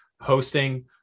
hosting